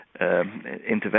intervention